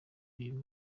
uyu